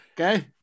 okay